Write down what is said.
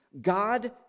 God